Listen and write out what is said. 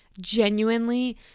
genuinely